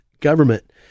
government